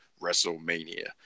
WrestleMania